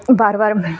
ਵਾਰ ਵਾਰ